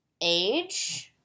age